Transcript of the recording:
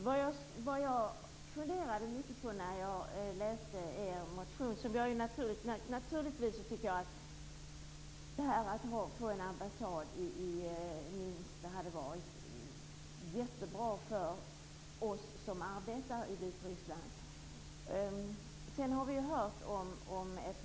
Herr talman! Jag funderade en hel del när jag läste moderaternas motion. Naturligtvis hade det varit bra för oss som arbetar i Vitryssland att få en ambassad i Minsk.